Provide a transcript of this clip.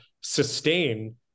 sustain